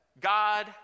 God